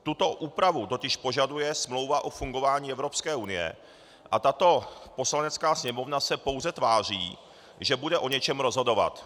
Tuto úpravu totiž požaduje Smlouva o fungování Evropské unie a tato Poslanecká sněmovna se pouze tváří, že bude o něčem rozhodovat.